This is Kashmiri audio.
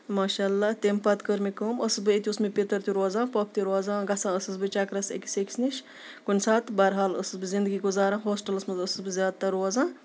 ماشااللہ تَمہِ پَتہٕ کٔر مے کٲم ٲسس بہٕ ییٚتہِ اوس مےٚ پیٚتٕر تہِ روزان پۄپھ تہِ روزان گژھان ٲسٕس بہٕ چَکرَس أکِس أکِس نِش کُنہِ ساتہٕ بہرحال ٲسٕس بہٕ زنٛدگی گُزران ہوسٹلَس منٛز ٲسٕس بہٕ زیادٕ تر روزان